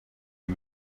you